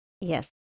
Yes